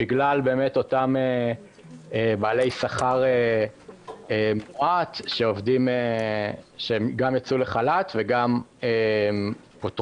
בגלל אותם בעלי שכר מועט של עובדים שגם יצאו לחל"ת וגם פוטרו,